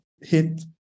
hit